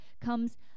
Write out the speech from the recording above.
comes